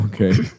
Okay